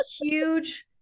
huge